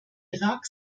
irak